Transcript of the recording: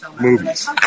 movies